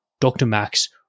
DrMax